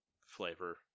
flavor